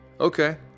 Okay